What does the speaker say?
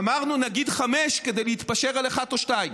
אמרנו: נגיד חמש, כדי להתפשר על אחת או שתיים.